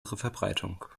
verbreitung